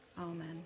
Amen